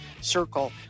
circle